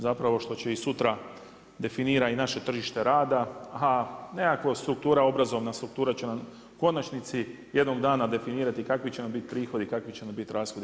Zapravo što će i sutra, definira i naše tržište rada, a nekakva struktura obrazovana, struktura će nam u konačnici jednog dana definirati kakvi će nam biti prihodi, kakvi će nam biti rashodi.